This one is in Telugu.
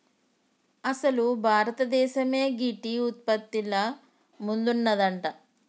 అసలు భారతదేసమే గీ టీ ఉత్పత్తిల ముందున్నదంట